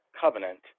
covenant